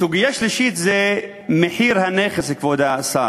סוגיה שלישית היא מחיר הנכס, כבוד השר.